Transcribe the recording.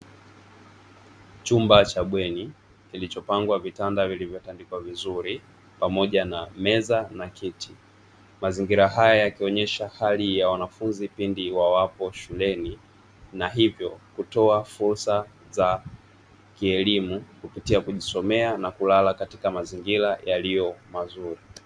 Chumba cha bweni kilichopangwa vitanda vilivyotandikwa vizuri pamoja na meza na kiti. Mazingira haya yakionyesha hali ya wanafunzi pindi wawapo shuleni na hivyo kutoa fursa za kielimu kupitia kujisomea na kulala katika mazingira yaliyo mazuri.